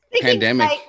pandemic